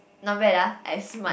not bad ah I smart